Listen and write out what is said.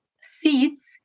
seats